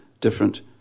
different